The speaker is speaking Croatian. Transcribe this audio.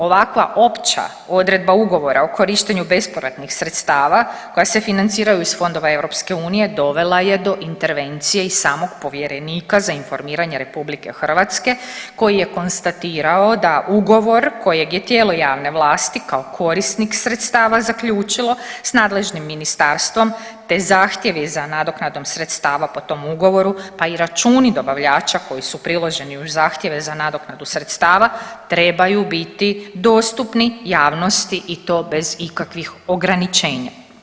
Ovakva opća odredba ugovora o korištenju bespovratnih sredstava koja se financiraju iz fondova EU dovela je do intervencije i samog povjerenika za informiranje Republike Hrvatske koji je konstatirao da ugovor kojeg je tijelo javne vlasti kao korisnik sredstava zaključilo sa nadležnim ministarstvom, te zahtjevi za nadoknadom sredstava po tom ugovoru pa i računi dobavljača koji su priloženi uz zahtjeve za nadoknadu sredstava trebaju biti dostupni javnosti i to bez ikakvih ograničenja.